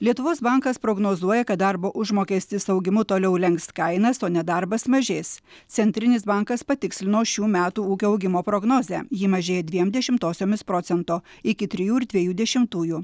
lietuvos bankas prognozuoja kad darbo užmokestis augimu toliau lenks kainas o nedarbas mažės centrinis bankas patikslino šių metų ūkio augimo prognozę ji mažėja dviem dešimtosiomis procento iki trijų ir dviejų dešimtųjų